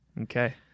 Okay